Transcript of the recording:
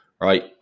right